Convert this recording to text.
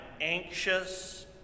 anxious